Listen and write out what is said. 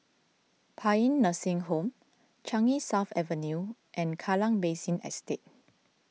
Paean Nursing Home Changi South Avenue and Kallang Basin Estate